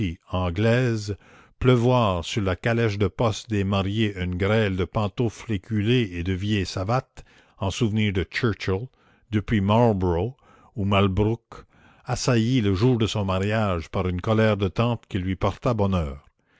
anglaise pleuvoir sur la calèche de poste des mariés une grêle de pantoufles éculées et de vieilles savates en souvenir de churchill depuis marlborough ou malbrouck assailli le jour de son mariage par une colère de tante qui lui